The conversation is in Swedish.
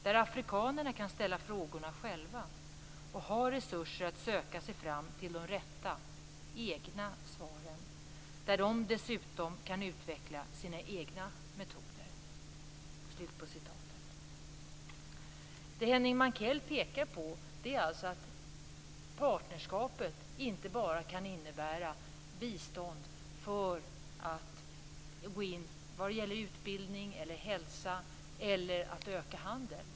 Där afrikanerna kan ställa frågorna själva och ha resurser att söka sig fram till de rätta - egna - svaren. Där de dessutom kan utveckla sina egna metoder." Henning Mankell pekar på att partnerskapet inte bara kan innebära bistånd för utbildning, hälsa och handel.